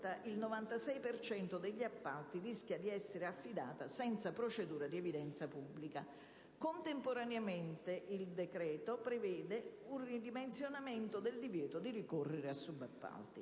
cento degli appalti rischia di essere affidato senza procedura di evidenza pubblica. Contemporaneamente, il decreto-legge prevede un ridimensionato del divieto di ricorrere a subappalti,